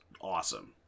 awesome